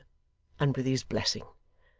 and with his blessing.